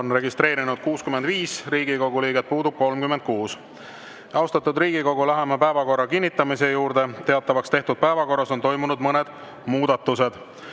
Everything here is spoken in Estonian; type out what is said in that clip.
on registreerunud 65 Riigikogu liiget, puudub 36.Austatud Riigikogu, läheme päevakorra kinnitamise juurde. Teatavaks tehtud päevakorras on toimunud mõned muudatused.